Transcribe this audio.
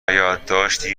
یادداشتی